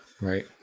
Right